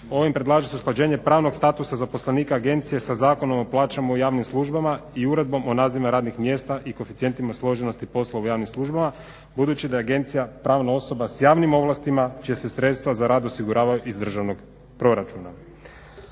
ovim predlaže se usklađenje pravnog statusa zaposlenika agencije sa Zakonom o plaćama u javnim službama i Uredbom o nazivima radnih mjesta i koeficijentima složenosti poslova u javnim službama, budući da je agencija pravna osoba sa javnim ovlastima čija se sredstva za rad osiguravaju iz državnog proračuna.